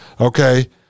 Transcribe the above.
Okay